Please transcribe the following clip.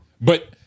But-